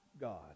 God